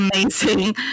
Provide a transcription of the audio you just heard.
amazing